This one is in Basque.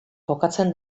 kokatzen